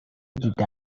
دیده